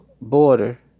border